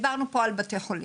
עד כאן דיברנו על בתי חולים.